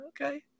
Okay